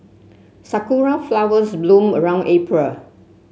sakura flowers bloom around April